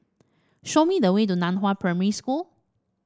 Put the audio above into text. show me the way to Nan Hua Primary School